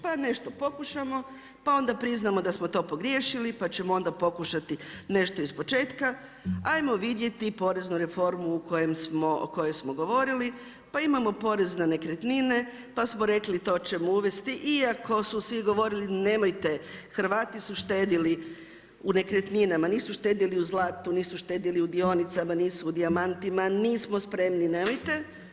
Pa nešto pokušamo, pa onda priznamo da smo to pogriješili, pa ćemo onda pokušati nešto iz početka, ajmo vidjeti poreznu reformu o kojoj smo govorili, pa imamo porez na nekretnine, pa smo rekli i to ćemo uvesti iako su svi govorili nemojte Hrvati su štedjeli u nekretninama, nisu štedjeli u zlatu, nisu štedjeli u dionicama, nisu u dijamantima, nismo spremni nemojte.